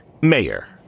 Mayor